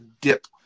dip